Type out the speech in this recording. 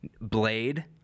Blade